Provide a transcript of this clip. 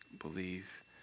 believe